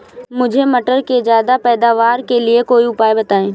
मुझे मटर के ज्यादा पैदावार के लिए कोई उपाय बताए?